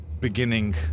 beginning